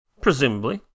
Presumably